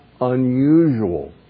unusual